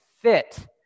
fit